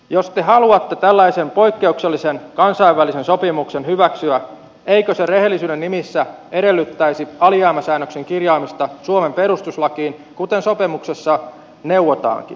jos te haluatte tällaisen poikkeuksellisen kansainvälisen sopimuksen hyväksyä eikö se rehellisyyden nimissä edellyttäisi alijäämäsäännöksen kirjaamista suomen perustuslakiin kuten sopimuksessa neuvotaankin